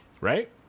Right